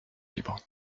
libre